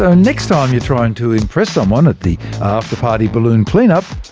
ah next time you're trying to impress someone at the after-party balloon clean up,